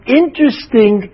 interesting